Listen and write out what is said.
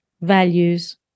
values